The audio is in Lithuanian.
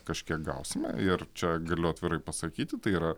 kažkiek gausime ir čia galiu atvirai pasakyti tai yra